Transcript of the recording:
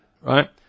right